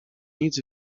nic